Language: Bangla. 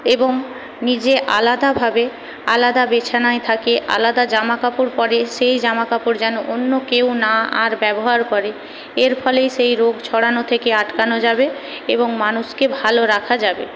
এবং নিজে আলাদাভাবে আলাদা বিছানায় থাকে আলাদা জামা কাপড় পরে সেই জামা কাপড় যেন অন্য কেউ না আর ব্যবহার করে এর ফলে সেই রোগ ছড়ানো থেকে আটকানো যাবে এবং মানুষকে ভালো রাখা যাবে